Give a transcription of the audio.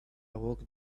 walked